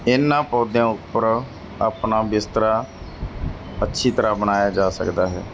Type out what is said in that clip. ਇਹਨਾਂ ਪੌਦਿਆਂ ਉੱਪਰ ਆਪਣਾ ਬਿਸਤਰਾ ਅੱਛੀ ਤਰ੍ਹਾਂ ਬਣਾਇਆ ਜਾ ਸਕਦਾ ਹੈ